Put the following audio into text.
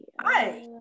Hi